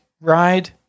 ride